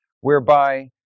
whereby